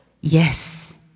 Yes